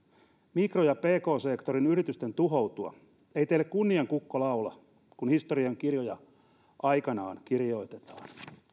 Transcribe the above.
mikro ja pk sektorin yritysten tuhoutua ei teille kunnian kukko laula kun historiankirjoja aikanaan kirjoitetaan